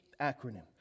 acronym